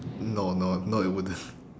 no no no it wouldn't